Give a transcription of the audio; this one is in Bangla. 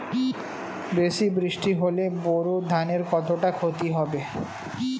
বেশি বৃষ্টি হলে বোরো ধানের কতটা খতি হবে?